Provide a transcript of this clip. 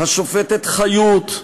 השופטת חיות,